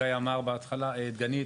דגנית,